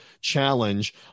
Challenge